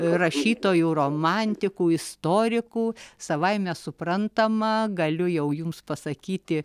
rašytojų romantikų istorikų savaime suprantama galiu jau jums pasakyti